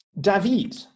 David